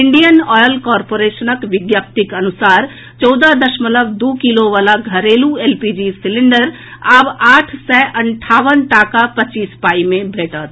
Indian oil कारपोरेशनक विज्ञप्तिक अनुसार चौदह दशमलव दू किलो वला घरेलू एलपीजी सिलेंडर आब आठ सय अंठावन टाका पचास पाई मे भेटत